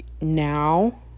now